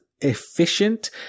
efficient